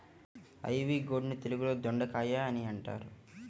ivy gourd ని తెలుగులో దొండకాయ అని అంటారు